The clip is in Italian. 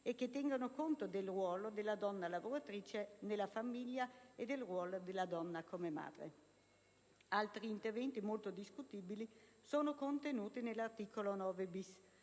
e che tengano conto del ruolo della donna lavoratrice nella famiglia e del ruolo della donna come madre. Altri interventi, molto discutibili, sono contenuti nell'articolo 9*-bis*,